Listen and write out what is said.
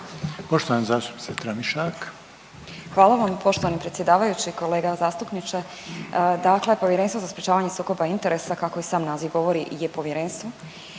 Nataša (HDZ)** Hvala vam poštovani predsjedavajući. Kolega zastupniče, dakle Povjerenstvo za sprječavanje sukoba interesa kako i sam naziv govori je povjerenstvo